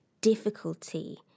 difficulty